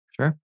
Sure